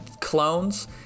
clones